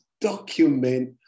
document